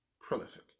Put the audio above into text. prolific